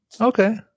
Okay